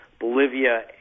Bolivia